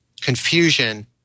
confusion